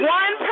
one